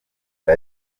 nda